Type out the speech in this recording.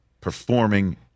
performing